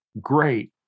Great